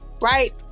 right